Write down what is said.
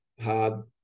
hard